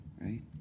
right